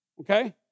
okay